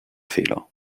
fehler